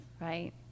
right